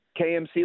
KMC